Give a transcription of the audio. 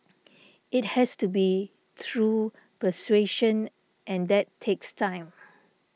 it has to be through persuasion and that takes time